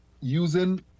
using